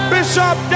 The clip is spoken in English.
Bishop